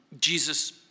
Jesus